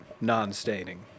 non-staining